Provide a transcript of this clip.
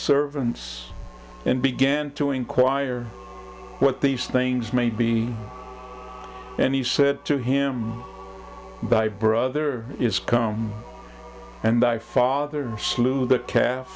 servants and began to enquire what these things may be and he said to him by brother is come and i father slew the calf